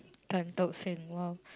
Tan-Tock-Seng !wow!